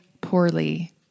poorly